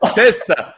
testa